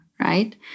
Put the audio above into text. right